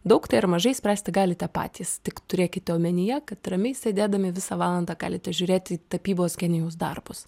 daug tai ar mažai spręsti galite patys tik turėkite omenyje kad ramiai sėdėdami visą valandą galite žiūrėti į tapybos genijaus darbus